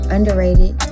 Underrated